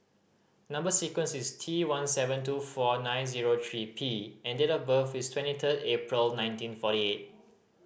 number sequence is T one seven two four nine zero three P and date of birth is twenty third April nineteen forty eight